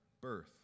birth